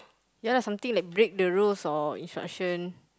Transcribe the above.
yeah lah something like break the rules or instruction